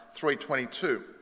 322